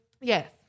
Yes